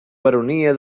baronia